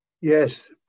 Yes